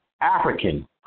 African